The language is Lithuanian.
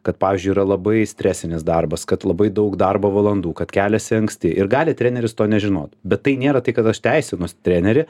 kad pavyzdžiui yra labai stresinis darbas kad labai daug darbo valandų kad keliasi anksti ir gali treneris to nežinot bet tai nėra tai kad aš teisinu trenerį